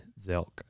Zelk